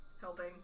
helping